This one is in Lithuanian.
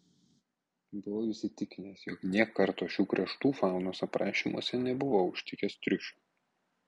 buvau įsitikinęs jog nė karto šių kraštų faunos aprašymuose nebuvau užtikęs triušio